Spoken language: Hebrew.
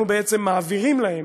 אנחנו בעצם מעבירים להם,